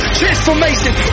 transformation